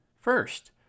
First